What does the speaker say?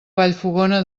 vallfogona